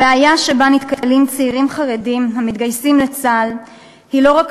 הבעיה שבה נתקלים צעירים חרדים המתגייסים לצה"ל היא לא רק